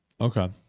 Okay